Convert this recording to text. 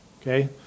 Okay